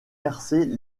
percer